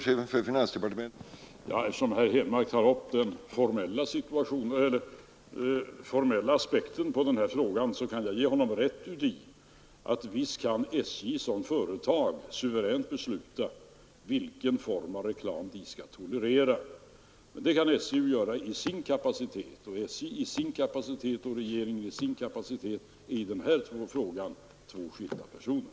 Herr talman! Eftersom herr Henmark tar upp den formella aspekten på denna fråga, kan jag ge honom rätt i att SJ visst som företag suveränt kan besluta vilken form av reklam det vill tolerera. Men det kan SJ göra i sin kapacitet och SJ och regeringen är i dessa frågor två skilda personer.